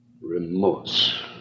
Remorse